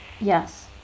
Yes